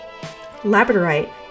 Labradorite